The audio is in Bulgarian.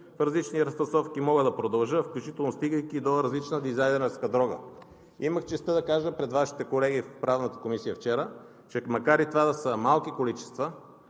в различни разфасовки, мога да продължа, включително, стигайки до различна дизайнерска дрога. Имах честта да кажа пред Вашите колеги в Правната комисия вчера, че макар и това да са малки количества,